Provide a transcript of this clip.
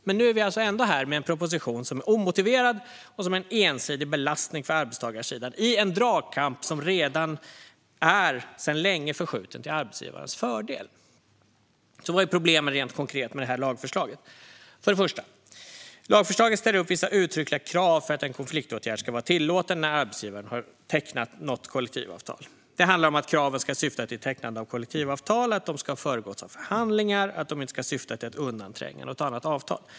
Men nu står vi alltså ändå här med en proposition som är omotiverad och som innebär en ensidig belastning för arbetstagarsidan - i en dragkamp som sedan länge är starkt förskjuten till arbetsgivarnas fördel. Vilka är då problemen med det här lagförslaget, rent konkret? Först och främst: Lagförslaget ställer upp vissa uttryckliga krav för att en konfliktåtgärd ska vara tillåten när arbetsgivaren har tecknat något kollektivavtal. Det handlar om att kraven ska syfta till tecknande av kollektivavtal, att de ska ha föregåtts av förhandlingar och att de inte ska syfta till att undantränga annat avtal.